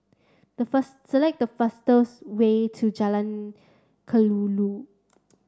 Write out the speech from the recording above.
the select the fastest way to Jalan Kelulut